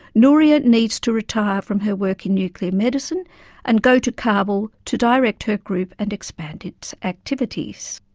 nouria needs to retire from her work in nuclear medicine and go to kabul to direct her group and expand its activities.